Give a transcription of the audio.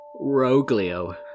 Roglio